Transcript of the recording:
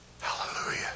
Hallelujah